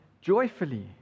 joyfully